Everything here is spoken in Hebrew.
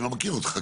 אני לא מכיר אותך,